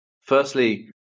firstly